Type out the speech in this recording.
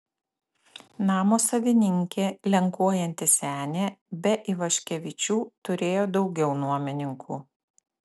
namo savininkė lenkuojanti senė be ivaškevičių turėjo daugiau nuomininkų